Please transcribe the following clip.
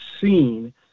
seen